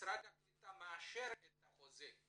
משרד הקליטה מאשר את החוזה.